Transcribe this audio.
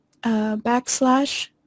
backslash